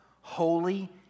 holy